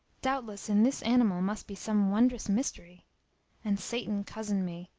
doubtless in this animal must be some wondrous mystery and satan cozened me,